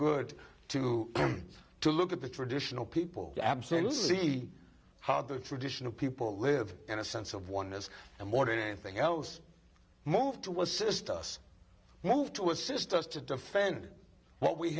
good to to look at the traditional people absolutely see how the tradition of people live in a sense of oneness and more than anything else moved to was system moved to assist us to defend what we